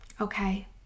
Okay